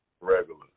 regular